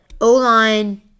O-line